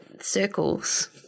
circles